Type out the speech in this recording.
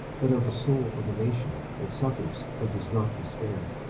but of the soul of a nation that suffers but does not despair.